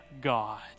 God